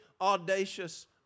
audacious